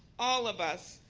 all of us,